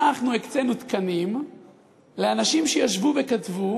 הקצינו תקנים לאנשים שישבו וכתבו,